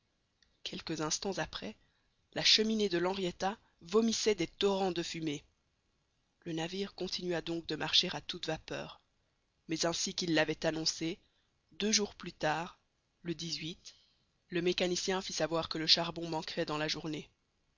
quelques instants après la cheminée de l'henrietta vomissait des torrents de fumée le navire continua donc de marcher à toute vapeur mais ainsi qu'il l'avait annoncé deux jours plus tard le le mécanicien fit savoir que le charbon manquerait dans la journée